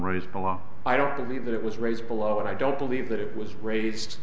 raised by law i don't believe that it was raised below but i don't believe that it was raised